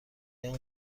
این